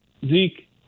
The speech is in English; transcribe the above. Zeke